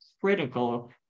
critical